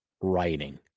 writing